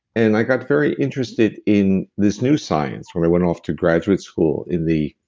and i got very interested in this new science, when we went off to graduate school in the.